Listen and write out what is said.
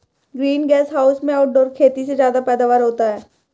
green gas house में outdoor खेती से ज्यादा पैदावार होता है